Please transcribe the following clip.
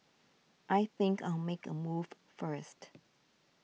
I think I'll make a move first